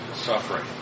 suffering